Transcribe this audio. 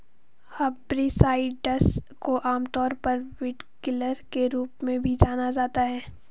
herbicides को आमतौर पर वीडकिलर के रूप में भी जाना जाता है